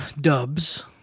dubs